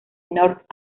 north